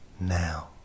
now